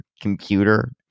computer